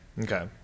Okay